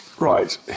Right